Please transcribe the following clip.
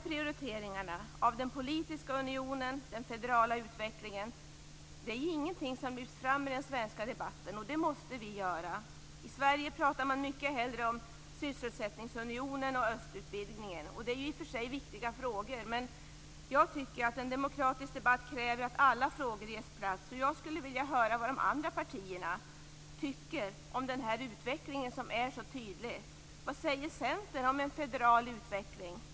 Prioriteringarna av den politiska unionen och den federala utvecklingen är ingenting som lyfts fram i den svenska debatten. Det måste vi göra. I Sverige pratar man mycket hellre om sysselsättningsunionen och östutvidgningen. Det är i och för sig viktiga frågor, men jag tycker att en demokratisk debatt kräver att alla frågor ges plats. Jag skulle vilja höra vad de andra partierna tycker om den tydliga utvecklingen. Vad säger Centern om en federal utveckling?